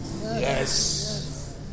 Yes